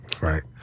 Right